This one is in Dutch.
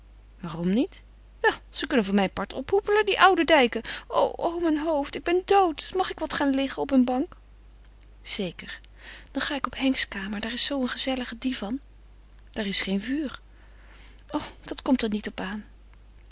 waarom niet wel ze kunnen voor mijn part ophoepelen die oudendijken o o mijn hoofd ik ben dood mag ik wat gaan liggen op een bank zeker dan ga ik op henks kamer daar is zoo een gezellige divan daar is geen vuur o dat komt er niet op aan